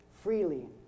freely